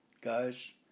guys